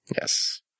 Yes